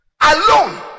alone